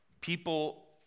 people